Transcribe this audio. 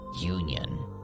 Union